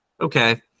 okay